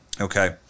okay